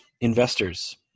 investors